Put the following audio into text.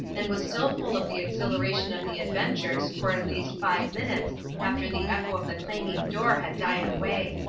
and was still full of the exhilaration of the adventures for at least five minutes after the echo of the clanging door had died away.